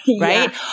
right